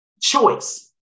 choice